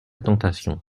tentation